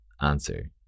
answer